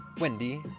Wendy